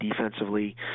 defensively